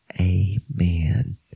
Amen